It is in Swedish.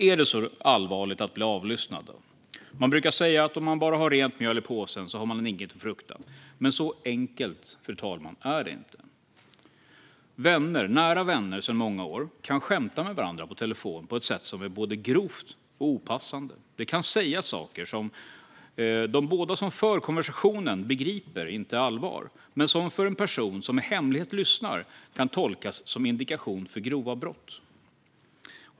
Är det då så allvarligt att bli avlyssnad? Det brukar sägas att om man bara har rent mjöl i påsen har man inget att frukta. Men så enkelt är det inte, fru talman. Vänner, nära vänner sedan många år, kan skämta med varandra på telefon på ett sätt som är både grovt och opassande. Det kan sägas saker som de båda som för konversationen begriper inte är allvar men som en person som i hemlighet lyssnar kan tolka som indikation för grova brott.